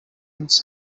its